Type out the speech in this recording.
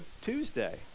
Tuesday